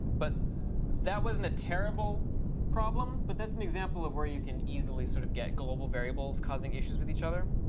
but that wasn't a terrible problem. but that's an example of where you can easily sort of get global variables causing issues with each other.